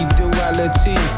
duality